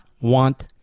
want